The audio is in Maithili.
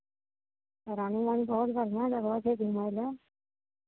रानीगंज बहुत बढ़िआँ जगह छै घूमय लेल